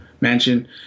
mansion